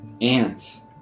Ants